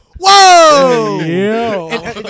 Whoa